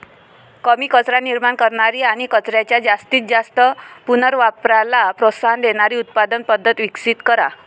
कमी कचरा निर्माण करणारी आणि कचऱ्याच्या जास्तीत जास्त पुनर्वापराला प्रोत्साहन देणारी उत्पादन पद्धत विकसित करा